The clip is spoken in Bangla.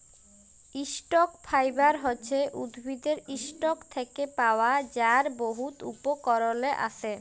ইসটক ফাইবার হছে উদ্ভিদের ইসটক থ্যাকে পাওয়া যার বহুত উপকরলে আসে